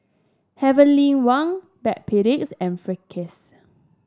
Heavenly Wang Backpedics and Friskies